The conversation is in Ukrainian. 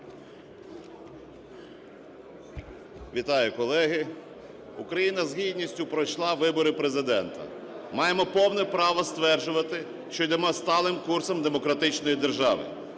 Вітаю, колеги. Україна з гідністю пройшла вибори Президента. Маємо повне право стверджувати, що йдемо сталим курсом демократичної держави.